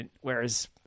Whereas